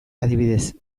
adibidez